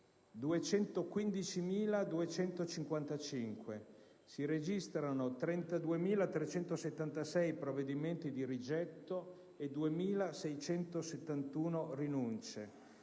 215.255, mentre si registrano 32.376 provvedimenti di rigetto e 2.671 rinunce,